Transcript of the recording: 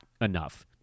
enough